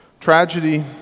tragedy